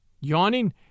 Yawning